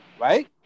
right